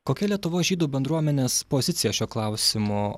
kokia lietuvos žydų bendruomenės pozicija šiuo klausimu